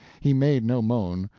he made no moan,